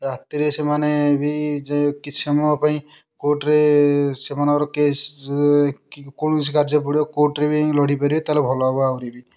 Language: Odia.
ରାତିରେ ସେମାନେ ବି କିଛି ସମୟ ପାଇଁ କୋର୍ଟରେ ସେମାନଙ୍କର କେସ୍ କୌଣସି କାର୍ଯ୍ୟ ପଡ଼ିବ କୋର୍ଟରେ ହିଁ ଲଢ଼ିପାରିବେ ଭଲ ହେବ ଆହୁରି ବି